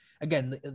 again